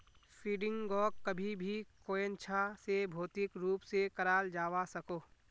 फंडिंगोक कभी भी कोयेंछा से भौतिक रूप से कराल जावा सकोह